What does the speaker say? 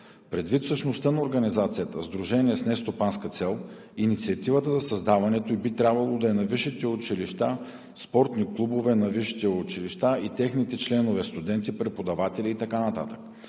Предвид същността на организация – сдружение с нестопанска цел, инициативата за създаването ѝ би трябвало да е на висшите училища, спортните клубове на висшите училища и техните членове – студенти, преподаватели и така